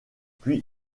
puis